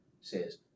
says